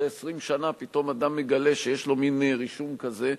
אחרי 20 שנה פתאום אדם מגלה שיש לו מין רישום כזה.